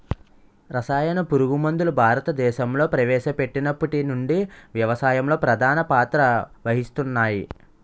రసాయన పురుగుమందులు భారతదేశంలో ప్రవేశపెట్టినప్పటి నుండి వ్యవసాయంలో ప్రధాన పాత్ర వహిస్తున్నాయి